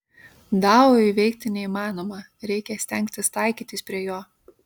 dao įveikti neįmanoma reikia stengtis taikytis prie jo